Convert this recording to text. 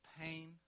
pain